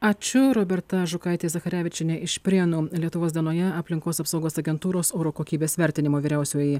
ačiū roberta žukaitė zacharevičienė iš prienų lietuvos dienoje aplinkos apsaugos agentūros oro kokybės vertinimo vyriausioji